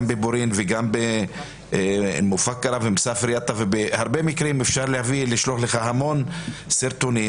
גם בבורין וגם במופאקרה והרבה מקרים אפשר להביא לך המון סרטונים,